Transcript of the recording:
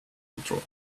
withdraw